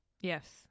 yes